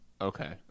Okay